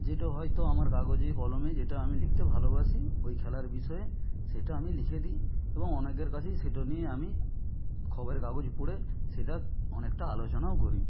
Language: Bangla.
যেটা হয়তো আমার কাগজে কলমে যেটা আমি লিখতে ভালোবাসি ওই খেলার বিষয়ে সেটা আমি লিখে দিই এবং অনেকের কাছেই সেটা নিয়ে আমি খবরের কাগজ পড়ে সেটা অনেকটা আলোচনাও করি